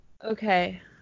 Okay